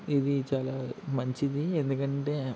ఇది చాల మంచిది ఎందుకంటే